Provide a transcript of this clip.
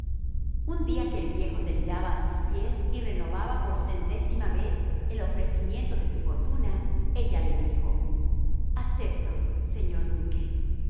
un día que el viejo deliraba a sus pies y renovaba por centésima vez el ofrecimiento de su fortuna ella le dijo acepto señor duque